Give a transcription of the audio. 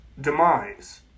demise